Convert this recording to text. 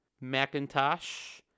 Macintosh